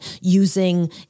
using